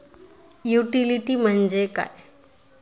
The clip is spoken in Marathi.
युटिलिटी म्हणजे काय?